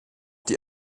die